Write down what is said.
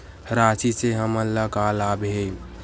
राशि से हमन ला का लाभ हे?